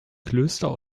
klöster